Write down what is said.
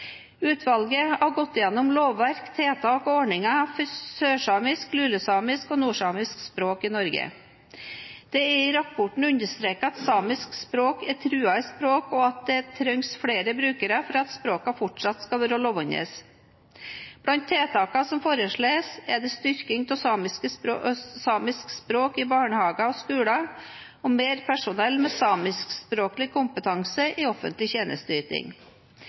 Utvalget har gått gjennom lovverk, tiltak og ordninger for sørsamisk, lulesamisk og nordsamisk språk i Norge. Det er i rapporten understreket at samiske språk er truede språk, og at det trengs flere brukere for at språkene fortsatt skal være levende. Blant tiltakene som foreslås, er styrking av samisk språk i barnehager og skoler og mer personell med samiskspråklig kompetanse i offentlig tjenesteyting.